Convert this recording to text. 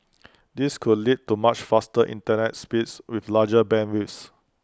this could lead to much faster Internet speeds with larger bandwidths